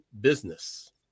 business